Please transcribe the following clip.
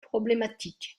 problématiques